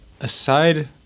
aside